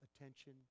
attention